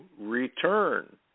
return